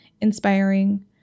inspiring